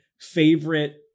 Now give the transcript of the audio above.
favorite